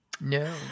No